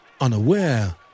unaware